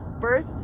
birth